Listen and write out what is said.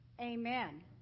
Amen